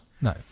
No